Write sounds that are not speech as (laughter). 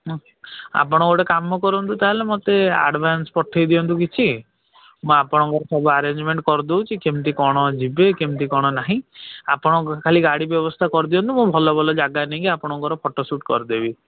(unintelligible) ଆପଣ ଗୋଟେ କାମ କରନ୍ତୁ ତା'ହେଲେ ମୋତେ ଆଡ଼ଭାନ୍ସ ପଠାଇ ଦିଅନ୍ତୁ କିଛି ମୁଁ ଆପଣଙ୍କର ସବୁ ଆରେଞ୍ଜମେଣ୍ଟ କରି ଦେଉଛି କେମିତି କ'ଣ ଯିବେ କେମିତି କ'ଣ ନାହିଁ ଆପଣ ଖାଲି ଗାଡ଼ି ବ୍ୟବସ୍ଥା କରି ଦିଅନ୍ତୁ ମୁଁ ଭଲ ଭଲ ଜାଗା ନେଇକି ଆପଣଙ୍କର ଫଟୋ ସୁଟ୍ କରିଦେବି